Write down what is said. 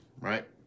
right